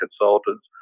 consultants